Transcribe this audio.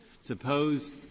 Suppose